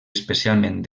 especialment